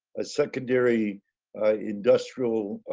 ah secondary industrial